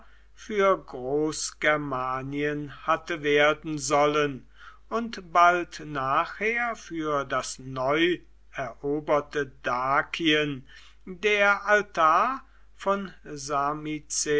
für großgermanien hatte werden sollen und bald nachher für das neu eroberte dakien der altar von